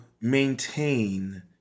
maintain